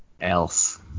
else